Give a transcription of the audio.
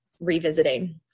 revisiting